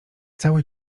cały